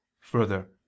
further